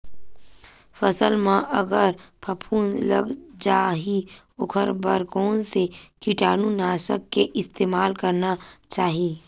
फसल म अगर फफूंद लग जा ही ओखर बर कोन से कीटानु नाशक के इस्तेमाल करना चाहि?